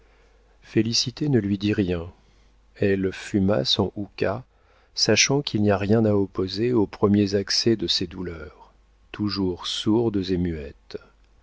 félicité ne lui dit rien elle fuma son houka sachant qu'il n'y a rien à opposer aux premiers accès de ces douleurs toujours sourdes et muettes